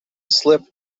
slip